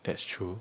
that's true